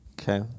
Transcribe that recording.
Okay